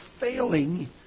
failing